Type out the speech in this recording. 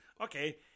okay